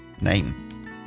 name